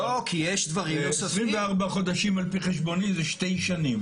אבל 24 חודשים על פי חשבוני זה שנתיים.